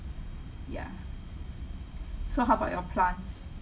ya so how about your plants